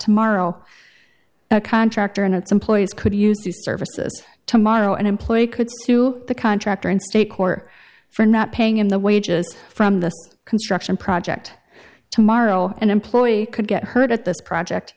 tomorrow a contractor and its employees could use the services tomorrow an employee could sue the contractor in state court for not paying him the wages from the construction project tomorrow an employee could get hurt at this project